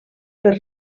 per